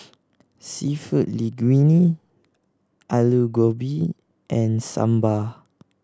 Seafood Linguine Alu Gobi and Sambar